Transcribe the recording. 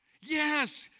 yes